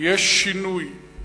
יש שינוי.